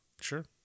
Sure